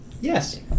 yes